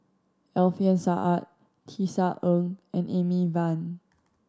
Alfian Sa'at Tisa Ng and Amy Van